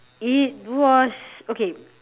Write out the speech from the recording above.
it was okay